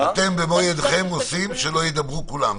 אתם במו ידיכם עושים שלא ידברו כולם.